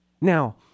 Now